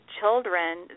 children